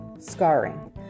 scarring